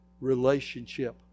relationship